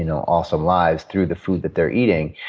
you know awesome lives through the food that they're eating.